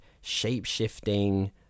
shape-shifting